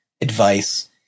Advice